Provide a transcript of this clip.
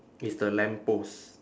is the lamppost